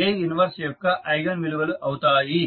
1యొక్క eigen విలువలు అవుతాయి